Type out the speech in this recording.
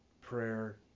prayer